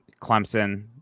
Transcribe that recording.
Clemson